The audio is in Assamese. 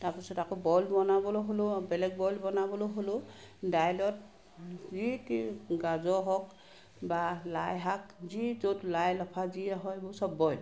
তাৰপাছত আকৌ বইল বনাবলৈ হ'লেও বেলেগ বইল বনাবলৈ হ'লেও দাইলত যি তি গাজৰ হওক বা লাই শাক যি য'ত লাই লফা যিয়ে হয় এইবোৰ চব বইল